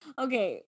Okay